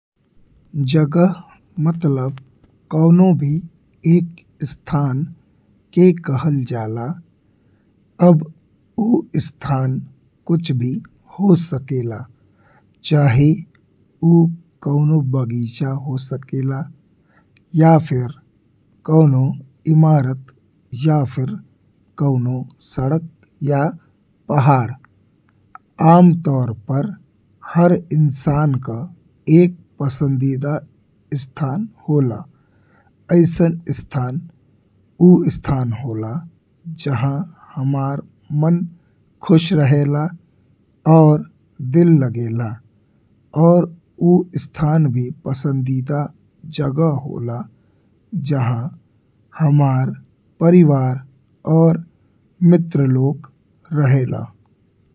जगह मतलब कउनो भी एक स्थान के कहल जाला अब ऊ स्थान कुछ भी हो सकेला। चाहे ऊ कउनो बगीचा हो सकेला या फिर कउनो इमारत या फिर कउनो सड़क या पहाड़ आम तौर पर हर इंसान क एक पसंदीदा स्थान होला। अइसन स्थान ऊ स्थान होला जहाँ हमार मन खुश रहेला और दिल लगे ला। और ऊ स्थान भी पसंदीदा जगह होला जहाँ हमार परिवार और मित्र लोग रहेला।